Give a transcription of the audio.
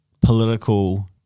political